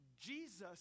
Jesus